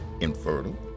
infertile